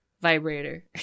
Vibrator